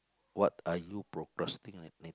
what are you procrasti~